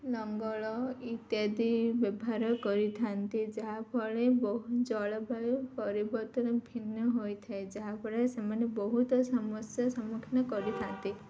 ଲଙ୍ଗଳ ଇତ୍ୟାଦି ବ୍ୟବହାର କରିଥାନ୍ତି ଯାହାଫଳରେ ବହୁ ଜଳବାୟୁ ପରିବର୍ତ୍ତନ ଭିନ୍ନ ହୋଇଥାଏ ଯାହାଫଳରେ ସେମାନେ ବହୁତ ସମସ୍ୟାାର ସମ୍ମୁଖୀନ କରିଥାନ୍ତି